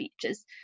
features